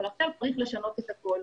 אבל עכשיו צריך לשנות את הכול.